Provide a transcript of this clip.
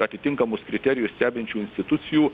atitinkamus kriterijus stebinčių institucijų